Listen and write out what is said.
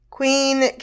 Queen